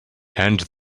and